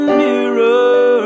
mirror